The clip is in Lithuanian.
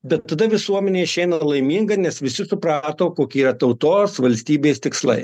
bet tada visuomenė išeina laiminga nes visi suprato kokie yra tautos valstybės tikslai